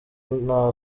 nta